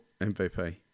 MVP